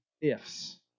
ifs